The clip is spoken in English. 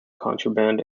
contraband